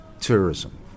tourism